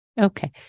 Okay